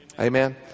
Amen